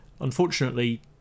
Unfortunately